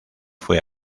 fue